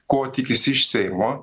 ko tikisi iš seimo